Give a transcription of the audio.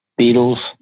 Beatles